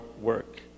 work